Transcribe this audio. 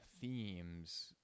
themes